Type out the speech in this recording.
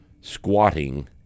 squatting